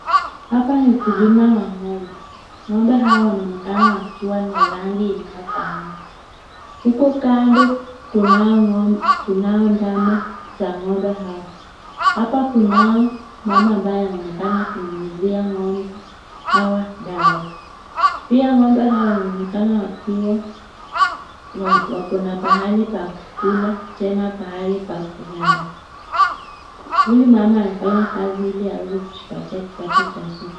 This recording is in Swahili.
Hapa ni ukulima wa ng'ombe, ng'ombe hawa wanaonekana wakiwa na rangi inayofanana. Huku kando kunao ndama za ng'ombe hao. Hapa kunao mama ambaye anaonekana ananyunyizia ng'ombe hawa dawa. Pia ng'ombe hawa wameonekana wakiwa wakona pahali pa kula, tena pahali pa kulala. Huyu mama anafanya kazi ili aweze kujipatia kipato cha siku.